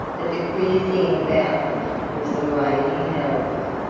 but the queer thing about them was the way he held them.